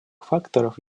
факторов